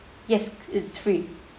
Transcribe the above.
yes it's free